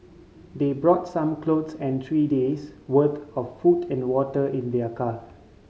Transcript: they brought some clothes and three days' worth of food and water in their car